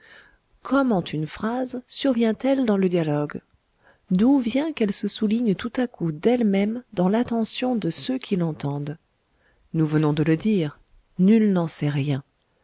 comment une phrase survient elle dans le dialogue d'où vient qu'elle se souligne tout à coup d'elle-même dans l'attention de ceux qui l'entendent nous venons de le dire nul n'en sait rien